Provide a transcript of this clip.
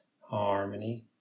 harmony